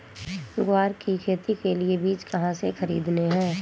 ग्वार की खेती के लिए बीज कहाँ से खरीदने हैं?